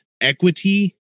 equity